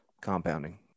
compounding